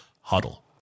huddle